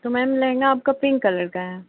तो मैम लहंगा आपका pink colour का है